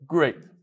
Great